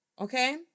Okay